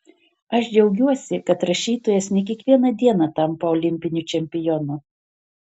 aš džiaugiuosi kad rašytojas ne kiekvieną dieną tampa olimpiniu čempionu